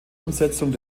umsetzung